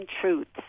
truths